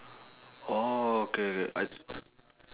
oh okay K I